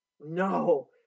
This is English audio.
No